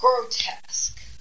grotesque